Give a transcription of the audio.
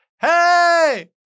Hey